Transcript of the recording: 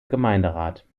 gemeinderat